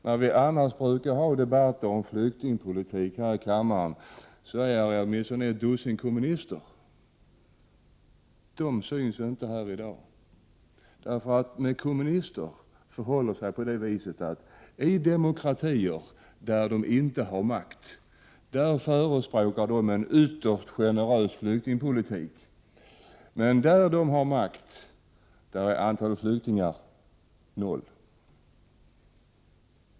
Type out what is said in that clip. När vi annars brukar ha debatter om flyktingpolitik här i kammaren är minst ett dussin kommunister närvarande. De syns inte här i dag! Med kommunister förhåller det sig så, att i demokratier där de inte har makt förespråkar de en ytterst generös flyktingpolitik. Men där de har makten är antalet flyktingar noll.